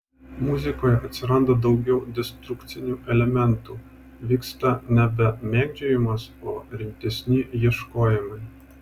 muzikoje atsiranda daugiau destrukcinių elementų vyksta nebe mėgdžiojimas o rimtesni ieškojimai